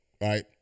right